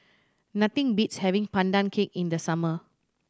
nothing beats having Pandan Cake in the summer